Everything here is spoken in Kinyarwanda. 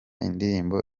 indirimbo